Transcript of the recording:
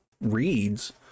reads